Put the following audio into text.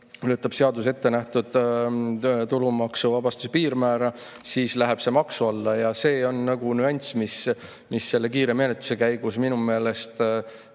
ületab seaduses ette nähtud tulumaksuvabastuse piirmäära, siis läheb see maksu alla. See on üks nüanss, mis selle kiire menetluse käigus minu meelest